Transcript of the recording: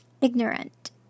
ignorant